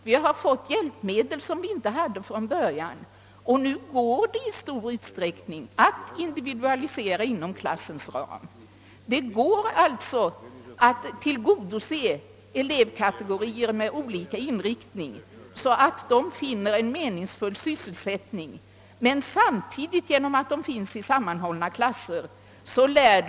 Vi har fått hjälpmedel som vi inte hade från början, och nu går det i stor utsträckning att individualisera inom klassens ram. Det går alltså att tillgodose elevkategorier med olika inriktning, så att de finner en meningsfull sysselsättning och samtidigt lär sig att samarbeta genom att de finns i sammanhållna klasser.